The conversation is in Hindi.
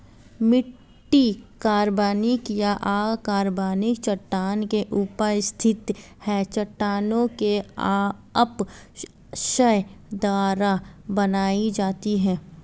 मिट्टी कार्बनिक या अकार्बनिक चट्टान के ऊपर स्थित है चट्टानों के अपक्षय द्वारा बनाई जाती है